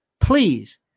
please